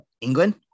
England